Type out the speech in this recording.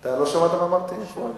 אתה לא שמעת מה אמרתי, פואד?